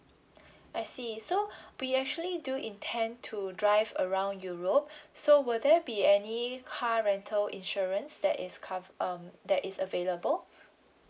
I see so we actually do intent to drive around europe so will there be any car rental insurance that is cov~ um that is available